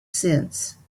since